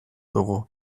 dugu